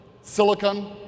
silicon